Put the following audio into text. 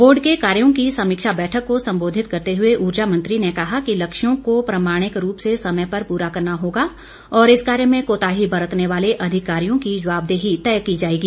board के कार्यों की समीक्षा बैठक को संबोधित करते हुए ऊर्जा मंत्री ने कहा कि लक्ष्यों को प्रमाणिक रूप से समय पर पूरा करना होगा और इस कार्य में कोताही बरतने वाले अधिकारियों की जवाबदेही तय की जाएगी